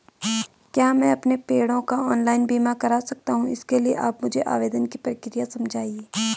क्या मैं अपने पेड़ों का ऑनलाइन बीमा करा सकता हूँ इसके लिए आप मुझे आवेदन की प्रक्रिया समझाइए?